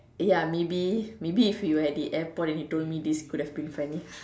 ya maybe maybe if you were at the airport and you told me this it would've been funny